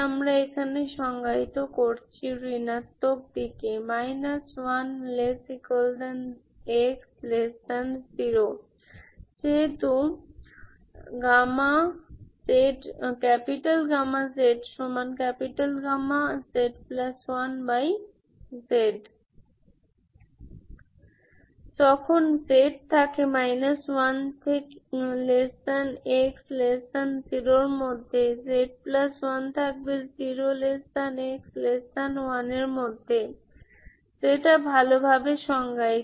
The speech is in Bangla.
আমি এখানে সংজ্ঞায়িত করছি ঋণাত্মক দিকে 1≤x0 as zz1z যখন z থাকে 1x0 এর মধ্যে z1 থাকবে 0x1 এর মধ্যে যেটা ভালোভাবে সংজ্ঞায়িত